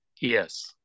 Yes